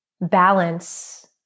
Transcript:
balance